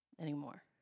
anymore